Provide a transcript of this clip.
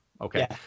okay